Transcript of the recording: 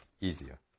easier